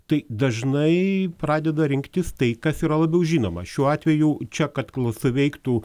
tai dažnai pradeda rinktis tai kas yra labiau žinoma šiuo atveju čia kad suveiktų